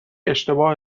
اشتباه